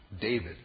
David